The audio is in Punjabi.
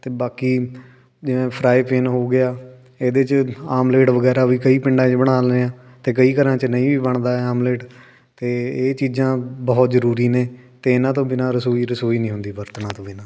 ਅਤੇ ਬਾਕੀ ਜਿਵੇਂ ਫਰਾਈ ਪੇਨ ਹੋ ਗਿਆ ਇਹਦੇ 'ਚ ਆਮਲੇਟ ਵਗੈਰਾ ਵੀ ਕਈ ਪਿੰਡਾਂ ਚ ਬਣਾ ਲੈਂਦੇ ਆ ਅਤੇ ਕਈ ਘਰਾਂ 'ਚ ਨਹੀਂ ਵੀ ਬਣਦਾ ਏ ਆਮਲੇਟ ਅਤੇ ਇਹ ਚੀਜ਼ਾਂ ਬਹੁਤ ਜ਼ਰੂਰੀ ਨੇ ਅਤੇ ਇਹਨਾਂ ਤੋਂ ਬਿਨਾਂ ਰਸੋਈ ਰਸੋਈ ਨਹੀਂ ਹੁੰਦੀ ਬਰਤਨਾਂ ਤੋਂ ਬਿਨਾਂ